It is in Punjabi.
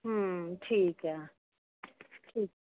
ਹਮ ਠੀਕ ਹੈ ਠੀਕ